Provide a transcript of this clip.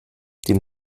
den